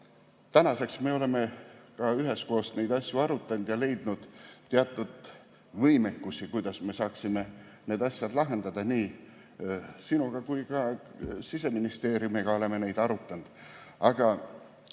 Tänaseks me oleme üheskoos neid asju arutanud ja leidnud teatud võimekusi, kuidas saaksime need asjad lahendada. Nii sinu kui ka Siseministeeriumiga oleme neid arutanud.